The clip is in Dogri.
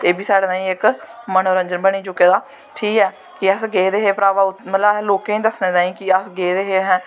एह्बी साढ़े तांई इक मनोरंजन बनी चुके दा ठीक ऐ कि गेदे हे भ्रावा मतलव असें लोकें दस्सने तांई कि अस गेदे हे